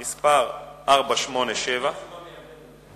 כפריט חשוב מאוד לאדם הדתי,